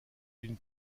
une